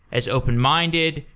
as open-minded,